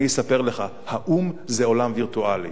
אני אספר לך, האו"ם זה עולם וירטואלי.